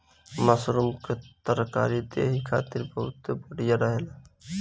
mushroom के तरकारी देहि खातिर बहुते बढ़िया रहेला